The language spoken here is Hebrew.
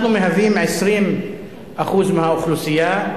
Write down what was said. אנחנו מהווים 20% מהאוכלוסייה,